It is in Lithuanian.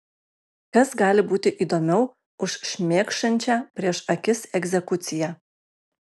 kas gali būti įdomiau už šmėkšančią prieš akis egzekuciją